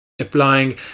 Applying